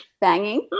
Banging